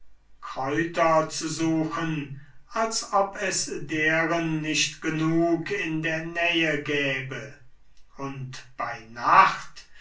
kräuter zu suchen als ob es deren nicht genug in der nähe gäbe und bei nacht